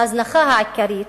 ההזנחה העיקרית,